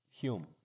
Hume